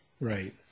Right